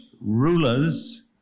rulers